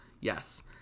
Yes